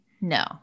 no